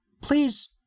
please